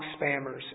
spammers